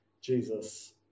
Jesus